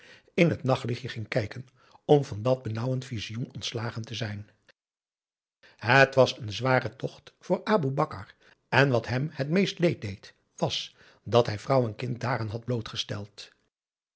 in het nachtlichtje ging kijken om van dat benauwend visioen ontslagen te zijn het was een zware tocht voor aboe bakar en wat hem het meeste leed deed was dat hij vrouw en kind daaraan had blootgesteld